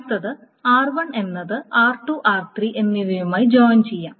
അടുത്തത് r1 എന്നത് r2 r3 എന്നിവയുമായി ജോയിൻ ചെയ്യാം